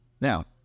now